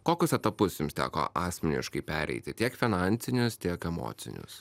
kokius etapus jums teko asmeniškai pereiti tiek finansinius tiek emocinius